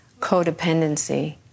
codependency